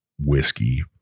whiskey